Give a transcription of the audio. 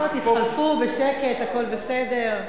תתחלפו בשקט, הכול בסדר.